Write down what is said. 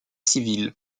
civil